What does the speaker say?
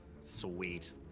Sweet